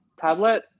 tablet